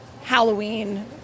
Halloween